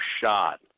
shot